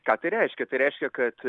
ką tai reiškia tai reiškia kad